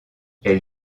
elle